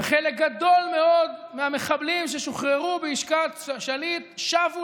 וחלק גדול מאוד מהמחבלים ששוחררו בעסקת שליט שבו